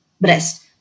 breast